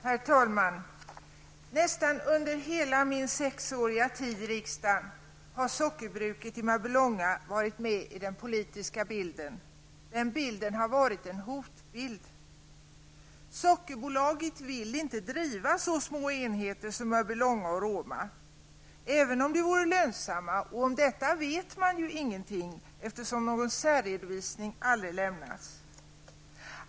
Herr talman! Nästan under hela min sexåriga tid i riksdagen har sockerbruket i Mörbylånga varit med i den politiska bilden. Den bilden har varit en hotbild. Sockerbolaget vill inte driva så små enheter som Mörbylånga och Roma, även om de vore lönsamma. Om detta vet man ingenting, eftersom någon särredovisning aldrig lämnas.